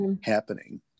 happening